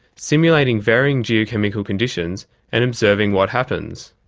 simulating varying geochemical conditions and observing what happens.